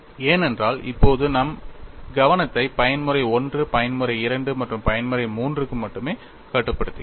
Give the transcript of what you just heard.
ஏனென்றால் இப்போது நம் கவனத்தை பயன்முறை I பயன்முறை II மற்றும் பயன்முறை III க்கு மட்டுமே கட்டுப்படுத்துகிறோம்